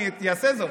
אני אעשה זאת.